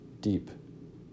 deep